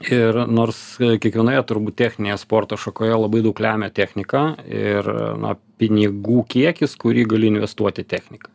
ir nors kiekvienoje turbūt techninėje sporto šakoje labai daug lemia technika ir na pinigų kiekis kurį gali investuot į techniką